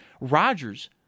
Rodgers